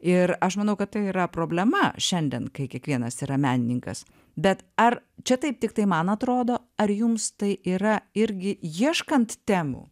ir aš manau kad tai yra problema šiandien kai kiekvienas yra menininkas bet ar čia taip tiktai man atrodo ar jums tai yra irgi ieškant temų